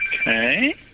Okay